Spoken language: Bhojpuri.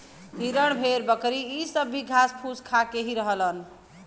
हिरन भेड़ बकरी इ सब भी घास फूस खा के ही रहलन